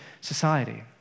society